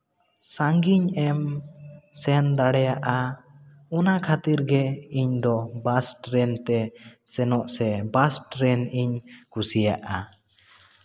ᱥᱟᱺᱜᱤᱧ ᱮᱢ ᱥᱮᱱ ᱫᱟᱲᱮᱭᱟᱜᱼᱟ ᱚᱱᱟ ᱠᱷᱟᱹᱛᱤᱨ ᱜᱮ ᱤᱧᱫᱚ ᱵᱟᱥ ᱴᱨᱮᱱ ᱛᱮ ᱥᱮᱱᱚᱜ ᱥᱮ ᱵᱟᱥ ᱴᱨᱮᱱ ᱤᱧ ᱠᱩᱥᱤᱭᱟᱜᱼᱟ